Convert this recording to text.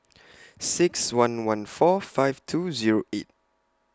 six one one four five two Zero eight